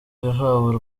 yahawe